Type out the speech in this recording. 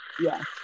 Yes